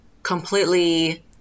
completely